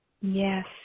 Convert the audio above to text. Yes